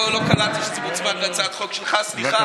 לא קלטתי שזה מוצמד להצעת החוק שלך, סליחה.